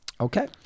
Okay